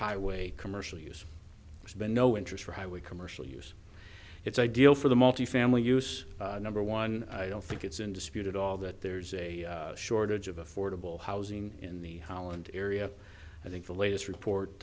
highway commercial use has been no interest for highway commercial use it's ideal for the multifamily use number one i don't think it's in dispute at all that there's a shortage of affordable housing in the holland area i think the latest report